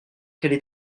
quelle